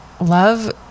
love